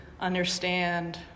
understand